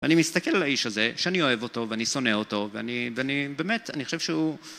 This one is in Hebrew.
אני מסתכל על האיש הזה שאני אוהב אותו ואני שונא אותו ואני באמת אני חושב שהוא